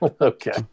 Okay